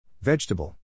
Vegetable